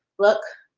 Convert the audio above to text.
look.